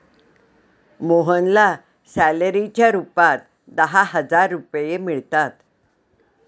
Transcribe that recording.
मोहनला सॅलरीच्या रूपात दहा हजार रुपये मिळतात